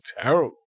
terrible